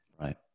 Right